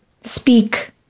speak